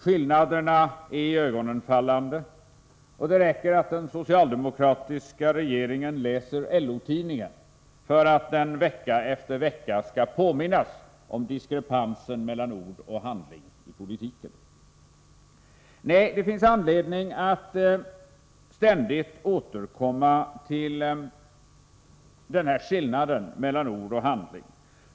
Skillnaden är iögonenfallande, och det räcker att den socialdemokratiska regeringen läser LO-tidningen för att den vecka efter vecka skall påminnas om diskrepansen mellan ord och handling i politiken. Det finns anledning att ständigt återkomma till denna skillnad mellan ord och handling.